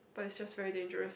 but it's just very dangerous